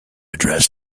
address